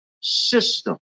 system